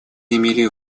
имели